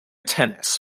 tennis